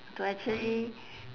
to actually